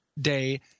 day